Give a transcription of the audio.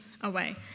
away